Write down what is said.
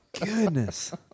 goodness